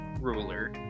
ruler